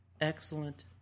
Excellent